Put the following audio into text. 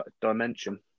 dimension